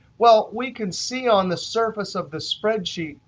well, we can see on the surface of the spreadsheet,